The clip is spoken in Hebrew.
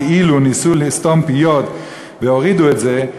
כאילו ניסו לסתום פיות והורידו את זה,